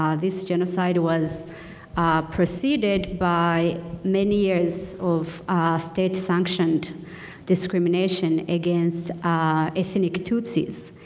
um this genocide was preceded by many years of state sanctioned discrimination against ethnic tsotsis,